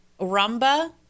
rumba